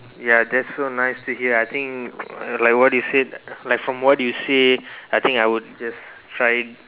ya that's so nice to hear I think like what you said like from what you said I think I would just try